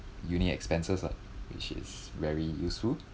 uni expenses lah which is very useful